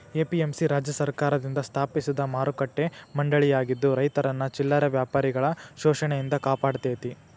APMC ರಾಜ್ಯ ಸರ್ಕಾರದಿಂದ ಸ್ಥಾಪಿಸಿದ ಮಾರುಕಟ್ಟೆ ಮಂಡಳಿಯಾಗಿದ್ದು ರೈತರನ್ನ ಚಿಲ್ಲರೆ ವ್ಯಾಪಾರಿಗಳ ಶೋಷಣೆಯಿಂದ ಕಾಪಾಡತೇತಿ